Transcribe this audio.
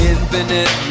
Infinite